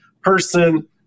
person